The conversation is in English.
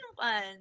fun